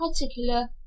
particular